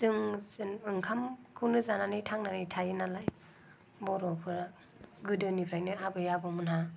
जों ओंखामखौनो जानानै थांनानै थायो नालाय बर'फोरा गोदोनिफ्रायनो आबै आबौमोनहा